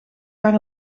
maar